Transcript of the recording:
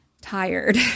tired